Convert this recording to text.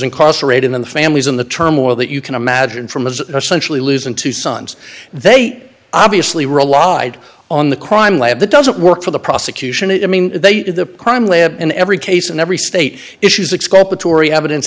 incarcerated in the families in the turmoil that you can imagine from has essentially losing two sons they obviously relied on the crime lab that doesn't work for the prosecution it i mean they did the crime lab in every case and every state issues e